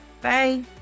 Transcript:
Bye